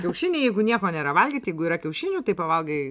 kiaušiniai jeigu nieko nėra valgyt jeigu yra kiaušinių tai pavalgai